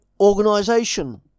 organization